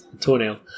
Toenail